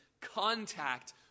contact